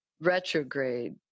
retrograde